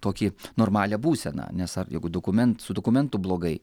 tokį normalią būseną nes ar jeigu dokumen su dokumentu blogai